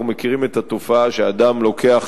אנחנו מכירים את התופעה שאדם לוקח